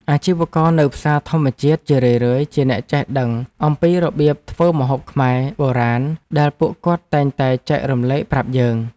អាជីវករនៅផ្សារធម្មតាជារឿយៗជាអ្នកចេះដឹងអំពីរបៀបធ្វើម្ហូបខ្មែរបុរាណដែលពួកគាត់តែងតែចែករំលែកប្រាប់យើង។